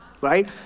right